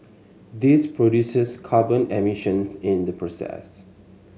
this produces carbon emissions in the process